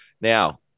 Now